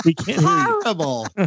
horrible